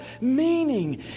meaning